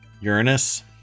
Uranus